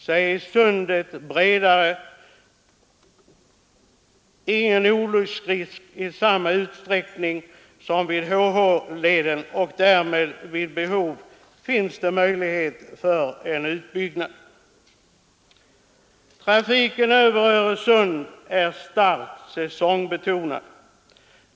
Här föreligger inte samma olycksrisk för färjor som vid HH-leden, och vid behov finns det möjligheter till utbyggnad. Trafiken över Öresund är starkt säsongbetonad.